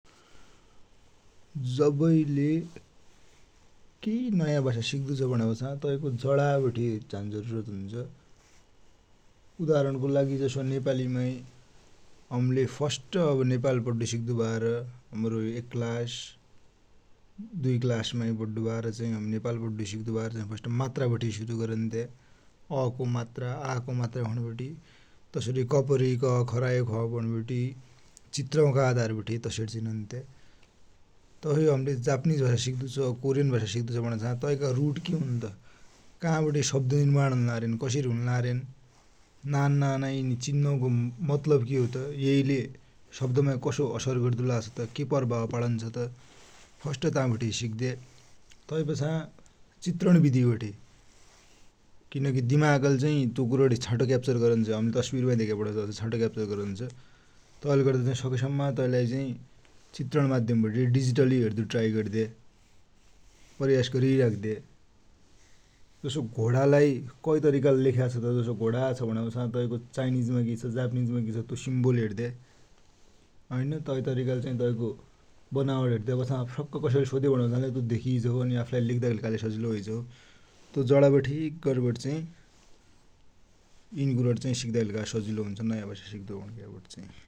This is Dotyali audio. जब केइलै नँया भाषा सिक्दु छ, भुण्यापाछा तैका जडाबठे झान जरुरी हुन्छ । उदाहरणको लागि जसो नेपालीमाइ हमले फस्ट नेपाली पड्डु सिक्दुव्यार हमरो एक क्लास, दुई क्लास पड्डुव्यार चाही हम नेपाली पड्डु सिक्दुव्यार चाही फस्ट मात्राबठे सुरु गरुन्थ्या । अ को मात्र, आ को मात्रा भुणिबटी तसेरी कपुरी क, खरायो ख, चित्रौका आधारमा अक्षर चिनुन्थ्या । तसोइ हमले जापनिज भाषा सिक्दुछ, कोरियन भाषा सिक्दु छ, तैका रुट कि हुन त, कावठे शब्द निर्माण हुन्लार्यान, कसेरी हुन्लार्यान, नान नाना यीन चिन्नुनको मतलव कि होत, येले शब्दमा कसो असर गर्दुलाछ त, कि प्रभाव पाडुन्छ त, फस्ट ता बठे सिक्द्या । तैपाछा चित्रण विधिबठे, किनकी दिमागले तो कुरा छाटो क्याप्चर गरुन्छ, तस्विरमा धेक्याले छाटो क्याप्चर गरुन्छ, तैते गर्दा चाही सक्यासम्म तैलाई चाही चित्रणका माध्यमबठे डिजिटली हेद्या ट्राइ गद्या, प्रयास गरिराख्द्या । जसो घोडालाई कै तरिकाले लेख्या छ त, जसो घोडालाई कै तरिकाले लेख्या छ, जसो घोडा छ भुण्या तैको चाइनिजमा कि छ, जापनिज मा कि छ, तु सिम्वोल हेद्या, हैन तै तरिकाले चाहि तैको बनावट हेद्या, पाछा ठ्याक्क कसैले सोध्यो भुण्यापाछालै धेकिझौ, अनि आफलाई लेख्दाकि लेखालै सजिलो होइझौ । तो जडाबठे गरिवटी चाही, इन कुरा चाही सिक्दु सजिलो हुन्छ, नयाँ भाषा चाही ।